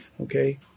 okay